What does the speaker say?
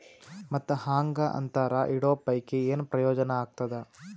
ಮತ್ತ್ ಹಾಂಗಾ ಅಂತರ ಇಡೋ ಪೈಕಿ, ಏನ್ ಪ್ರಯೋಜನ ಆಗ್ತಾದ?